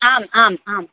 आम् आम् आम्